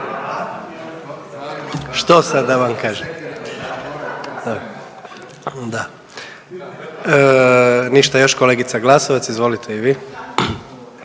Što sad da vam kažem? Ništa. Još kolegica Glasovac, izvolite i vi.